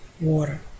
water